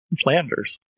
Flanders